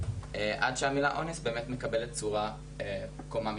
עד שהמילה אונס באמת מקבלת צורה בקומה מתחתייך.